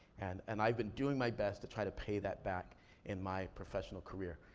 and and i've been doing my best to try to pay that back in my professional career.